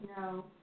No